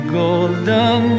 golden